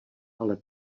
ale